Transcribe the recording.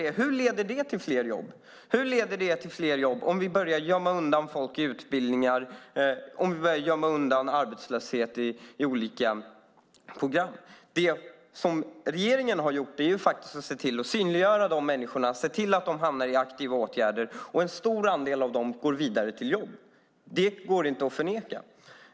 Hur leder det till fler jobb om vi börjar gömma undan människor i utbildningar och arbetslöshet i olika program? Vad regeringen har gjort är att se till att synliggöra dessa människor och se till att de hamnar i aktiva åtgärder. En stor andel av dem går vidare till jobb. Det går inte att förneka.